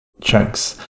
chunks